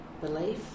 belief